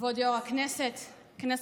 כנסת נכבדה,